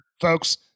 folks